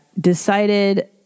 decided